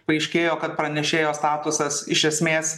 paaiškėjo kad pranešėjo statusas iš esmės